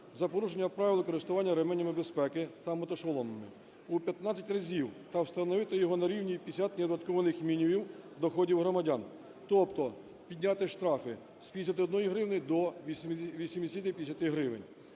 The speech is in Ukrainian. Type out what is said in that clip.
за порушення правил користування ременями безпеки та мотошоломами у 15 разів та встановити його на рівні 50 неоподаткованих мінімумів доходів громадян, тобто підняти штрафи з 51 гривні до 850 гривень.